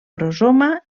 prosoma